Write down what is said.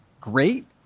great